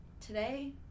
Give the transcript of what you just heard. today